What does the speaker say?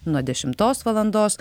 nuo dešimos valandos